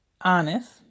honest